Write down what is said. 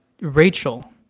Rachel